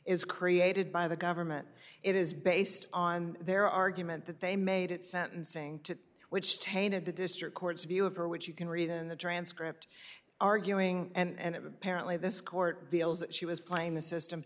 is created by the government it is based on their argument that they made at sentencing to which tainted the district court's view of her which you can read in the transcript arguing and it apparently this court feels that she was playing the system